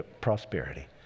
prosperity